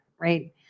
right